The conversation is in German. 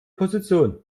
position